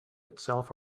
itself